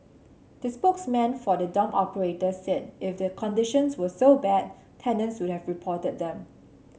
the spokesman for the dorm operator said if the conditions were so bad tenants would have reported them